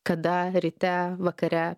kada ryte vakare